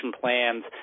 plans